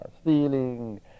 stealing